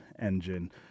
engine